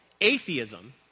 Atheism